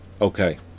okay